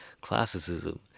classicism